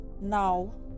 Now